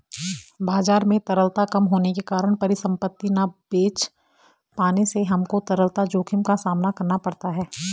बाजार में तरलता कम होने के कारण परिसंपत्ति ना बेच पाने से हमको तरलता जोखिम का सामना करना पड़ता है